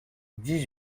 dix